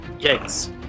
Yikes